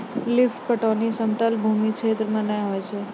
lift पटौनी समतल भूमी क्षेत्र मे नै होय छै